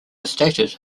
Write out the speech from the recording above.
stated